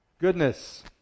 Goodness